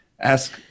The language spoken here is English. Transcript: Ask